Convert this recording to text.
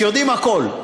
שיודעים הכול.